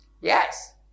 yes